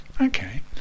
okay